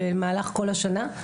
במהלך כל השנה,